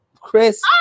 Chris